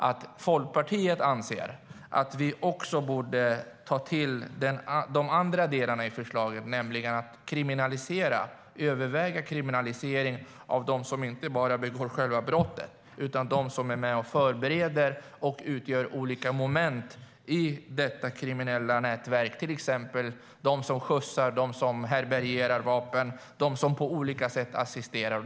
Folkpartiet anser att vi borde ta med de andra delarna i förslaget, nämligen att överväga en kriminalisering av inte bara själva brottet utan även förberedelser av brottet. Det innebär att även de som befinner sig i det kriminella nätverket omfattas, till exempel de som skjutsar, härbärgerar vapen eller på olika sätt assisterar.